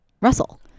Russell